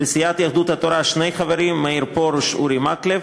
לסיעת יהדות התורה שני חברים: מאיר פרוש ואורי מקלב,